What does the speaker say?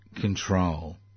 control